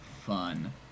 fun